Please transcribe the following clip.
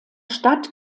stadt